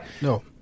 No